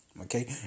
Okay